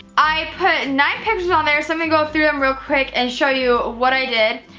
i put nine pictures on there. so i'm gonna go through them real quick and show you what i did.